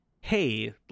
hey